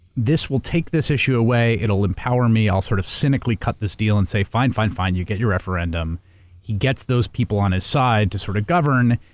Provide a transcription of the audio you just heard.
this will take this issue away. it empower me. i'll sort of cynically cut this deal and say, fine, fine, fine, you get your referendum. he gets those people on his side to sort of govern,